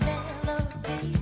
Melody